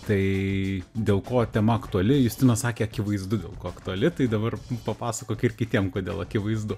tai dėl ko tema aktuali justinas sakė akivaizdu dėl ko aktuali tai dabar papasakok ir kitiem kodėl akivaizdu